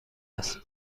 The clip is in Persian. است